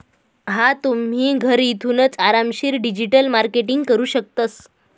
हा तुम्ही, घरथूनच आरामशीर डिजिटल मार्केटिंग करू शकतस